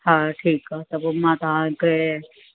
हा ठीकु आहे त पोइ मां तव्हांखे